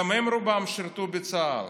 גם הם, רובם, שירתו בצה"ל,